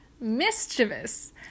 Mischievous